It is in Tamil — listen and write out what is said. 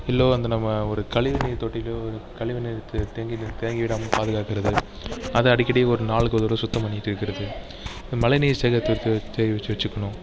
இல்லை அந்த நம்ம ஒரு கழிவுநீர் தொட்டிலேயோ கழிவுநீர் தே தேங்கி தேங்கி விடாமல் பாதுகாக்கிறது அதை அடிக்கடி ஒரு நாளுக்கு ஒரு தடவை சுத்தம் பண்ணிட்டு இருக்கிறது மழைநீர் சேகரித்து வச்சுக்கணும்